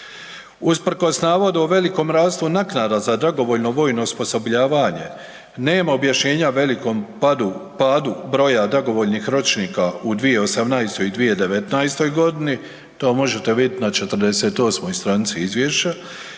Usprkos navodu o velikom rastu naknada za dragovoljno vojno osposobljavanje nema objašnjenja o velikom padu, padu broja dragovoljnih ročnika u 2018. i 2019. godini to možete vidjeti na 48. stranici izvješća